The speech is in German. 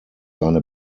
seine